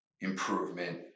improvement